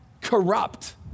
corrupt